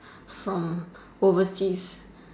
from overseas